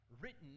written